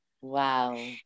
Wow